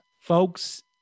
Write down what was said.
folks